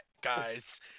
guys